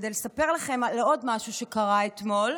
לספר לכם כאן על עוד משהו שקרה אתמול,